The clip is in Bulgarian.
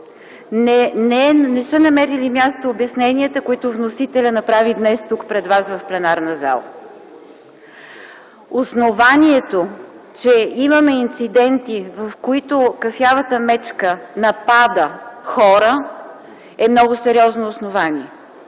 не са намерили място обясненията, които вносителят направи днес тук, пред вас в пленарна зала. Основанието, че имаме инциденти, в които кафявата мечка напада хора, е много сериозно основание